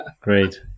Great